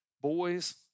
boys